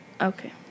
Okay